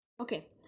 okay